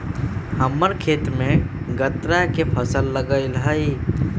हम्मर खेत में गन्ना के फसल लगल हई